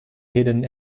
hidden